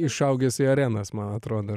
išaugęs į arenas man atrodo